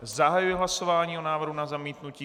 Zahajuji hlasování o návrhu na zamítnutí.